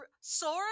sora